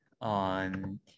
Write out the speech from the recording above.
on